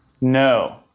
No